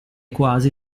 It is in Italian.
quasi